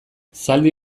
zaldi